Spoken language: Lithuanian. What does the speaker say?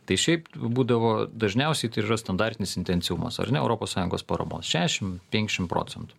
tai šiaip būdavo dažniausiai tai ir yra standartinis intensyvumas ar ne europos sąjungos paramos šešiasdešimt penkiasdešimt procentų